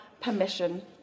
permission